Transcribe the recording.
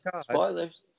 spoilers